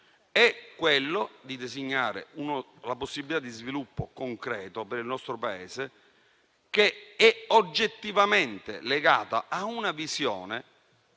è stato designare una possibilità di sviluppo concreto per il nostro Paese, oggettivamente legata a una visione